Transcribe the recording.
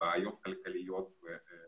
שלהם